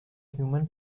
human